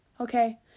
okay